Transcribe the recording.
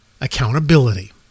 Accountability